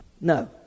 No